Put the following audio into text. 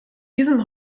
diesem